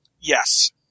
Yes